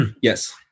Yes